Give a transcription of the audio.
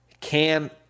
Cam